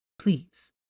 Please